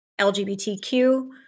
LGBTQ